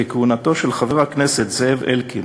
כי כהונתו של חבר הכנסת זאב אלקין